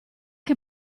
che